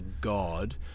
God